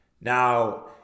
Now